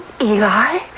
Eli